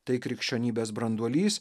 tai krikščionybės branduolys